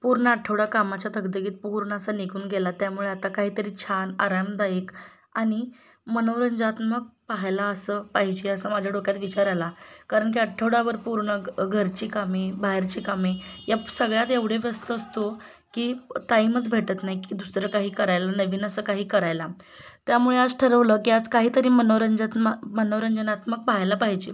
पूर्ण आठवडा कामाच्या दगदगीत पूर्ण असा निघून गेला त्यामुळे आता काहीतरी छान आरामदायी आणि मनोरंजात्मक पाहायला असं पाहिजे असं माझ्या डोक्यात विचार आला कारण की आठवडावर पूर्ण घरची कामे बाहेरची कामे या सगळ्यात एवढे व्यस्त असतो की टाईमच भेटत नाही की दुसरं काही करायला नवीन असं काही करायला त्यामुळे आज ठरवलं की आज काहीतरी मनोरंजात्म मनोरंजनात्मक पाहायला पाहिजे